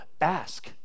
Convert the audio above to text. Ask